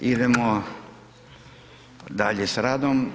idemo dalje s radom.